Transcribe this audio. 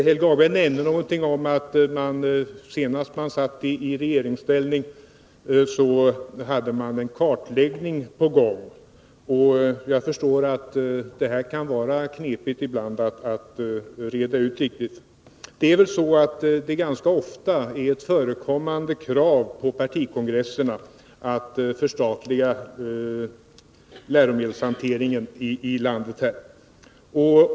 Helge Hagberg nämnde någonting om att när man senast satt i regeringsställning hade man en kartläggning på gång. Jag förstår att det här ibland kan vara knepigt att reda ut riktigt. Det är väl ganska ofta ett förekommande krav på partikongresserna att man skall förstatliga läromedelshanteringen i landet.